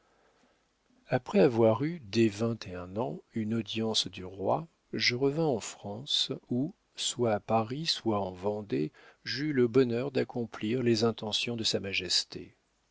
après avoir eu dès vingt et un ans une audience du roi je revins en france où soit à paris soit en vendée j'eus le bonheur d'accomplir les intentions de sa majesté